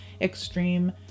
extreme